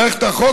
למערכת החוק,